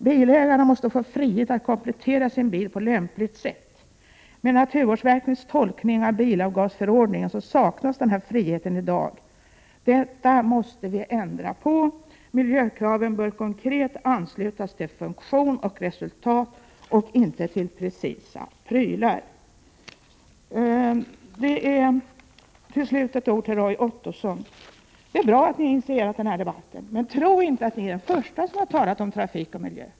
Bilägaren måste få frihet att komplettera sin bil på lämpligt sätt. Med naturvårdsverkets tolkning av bilavgasförordningen saknas den här friheten i dag. Detta förhållande måste vi ändra på. Miljökraven bör konkret anslutas till funktion och resultat, inte till precisa prylar. Till slut några ord till Roy Ottosson. Det är bra att ni i miljöpartiet har initierat den här debatten. Men tro inte att ni är de första som har talat om trafik och miljö.